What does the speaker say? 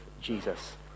Jesus